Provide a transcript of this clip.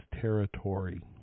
territory